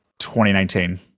2019